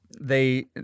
they-